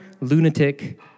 lunatic